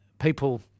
people